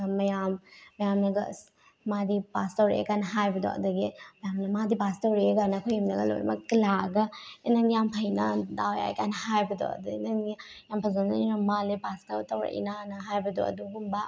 ꯃꯌꯥꯝ ꯃꯌꯥꯝꯅꯒ ꯑꯁ ꯃꯥꯗꯤ ꯄꯥꯁ ꯇꯧꯔꯛꯑꯦꯀꯥꯏꯅ ꯍꯥꯏꯕꯗꯣ ꯑꯗꯨꯗꯒꯤ ꯃꯌꯥꯝꯅ ꯃꯥꯗꯤ ꯄꯥꯁ ꯇꯧꯔꯛꯑꯦꯀꯥꯏꯅ ꯑꯩꯈꯣꯏ ꯌꯨꯝꯗꯒ ꯂꯣꯏꯃꯛꯀ ꯂꯥꯛꯑꯒ ꯑꯦ ꯅꯪ ꯌꯥꯝ ꯐꯩꯅ ꯗꯥꯎ ꯌꯥꯏꯀꯥꯏꯅ ꯍꯥꯏꯕꯗꯣ ꯑꯗꯩ ꯅꯪꯗꯤ ꯌꯥꯝ ꯐꯖꯅ ꯏꯔꯝꯕ ꯃꯥꯜꯂꯦ ꯄꯥꯁꯀ ꯇꯧꯔꯛꯏꯅꯅ ꯍꯥꯏꯕꯗꯣ ꯑꯗꯨꯒꯨꯝꯕ